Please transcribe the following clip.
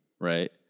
right